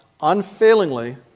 unfailingly